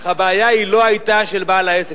אך הבעיה לא היתה של בעל העסק,